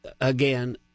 again